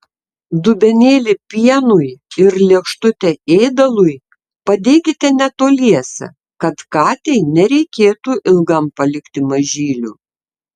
dubenėlį pienui ir lėkštutę ėdalui padėkite netoliese kad katei nereikėtų ilgam palikti mažylių